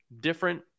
different